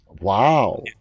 Wow